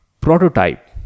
prototype